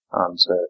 Answer